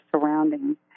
surroundings